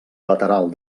lateral